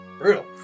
brutal